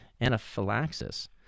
anaphylaxis